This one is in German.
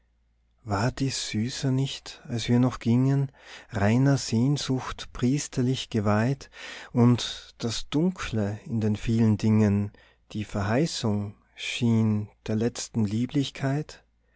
war dies süßer nicht als wir noch gingen reiner sehnsucht priesterlich geweiht und das dunkle in den vielen dingen die verheißung schien der letzten lieblichkeit